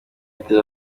atera